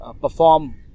perform